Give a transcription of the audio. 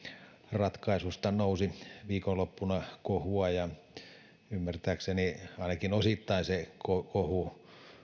ratkaisusta nousi viikonloppuna kohua ymmärtääkseni ainakin osittain se kohu